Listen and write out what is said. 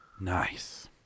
Nice